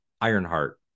Ironheart